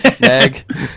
Meg